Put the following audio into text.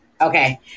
Okay